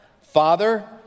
Father